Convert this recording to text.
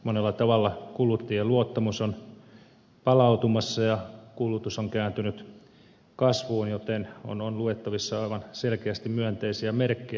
monella tavalla kuluttajien luottamus on palautumassa ja kulutus on kääntynyt kasvuun joten on luettavissa aivan selkeästi myönteisiä merkkejä